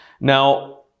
Now